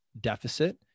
deficit